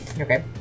Okay